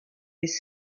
les